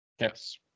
Yes